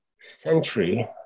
century